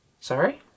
Sorry